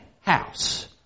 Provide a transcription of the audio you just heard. house